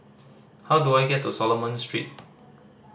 how do I get to Solomon Street